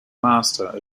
master